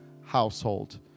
household